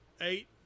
eight